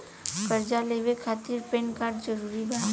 कर्जा लेवे खातिर पैन कार्ड जरूरी बा?